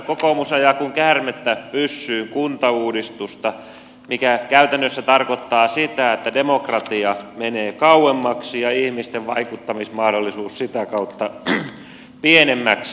kokoomus ajaa kuin käärmettä pyssyyn kuntauudistusta mikä käytännössä tarkoittaa sitä että demokratia menee kauemmaksi ja ihmisten vaikuttamismahdollisuus sitä kautta pienemmäksi